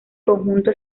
conjunto